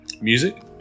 music